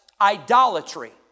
idolatry